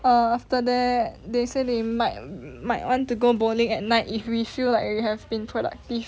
err after that they say they might might want to go bowling at night if we feel like we have been productive